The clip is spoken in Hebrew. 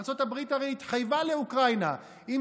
ארצות הברית הרי התחייבה לאוקראינה: אם